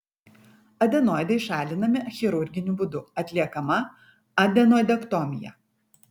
adenoidai šalinami chirurginiu būdu atliekama adenoidektomija